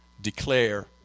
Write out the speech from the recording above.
declare